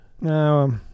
No